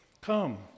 Come